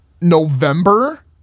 november